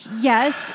Yes